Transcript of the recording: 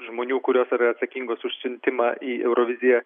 žmonių kurios yra atsakingos už siuntimą į euroviziją